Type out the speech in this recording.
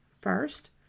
First